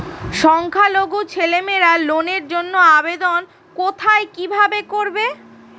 সংখ্যালঘু ছেলেমেয়েরা লোনের জন্য আবেদন কোথায় কিভাবে করবে?